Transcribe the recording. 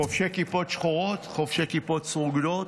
חובשי כיפות שחורות, חובשי כיפות סרוגות.